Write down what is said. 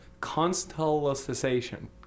constellation